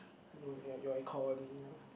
no air your air con no